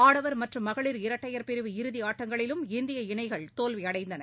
ஆடவர் மற்றும் மகளிர் இரட்டையர் பிரிவு இறுதியாட்டங்களிலும் இந்திய இணைகள் தோல்விய்டைந்தன